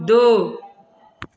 दो